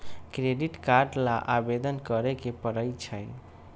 credit card ला आवेदन करे के परई छई